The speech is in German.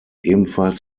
ebenfalls